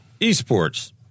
esports